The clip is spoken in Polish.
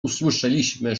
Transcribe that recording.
usłyszeliśmy